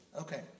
Okay